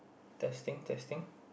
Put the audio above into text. testing testing